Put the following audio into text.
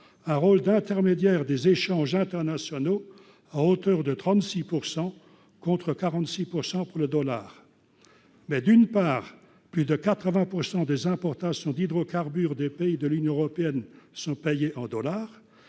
un rôle d'intermédiaire des échanges internationaux à hauteur de 36 pourcent contre 46 pourcent pour le dollar, mais d'une part, plus de 80 pourcent des importations d'hydrocarbures des pays de l'Union européenne sont payées en dollars,